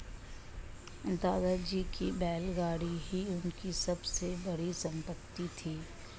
दादाजी की बैलगाड़ी ही उनकी सबसे बड़ी संपत्ति थी